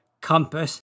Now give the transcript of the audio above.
compass